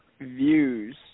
views